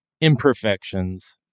imperfections